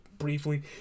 briefly